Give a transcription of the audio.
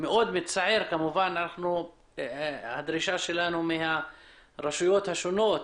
זו הדרישה שלנו מהרשויות השונות.